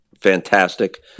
fantastic